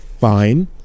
Fine